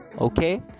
okay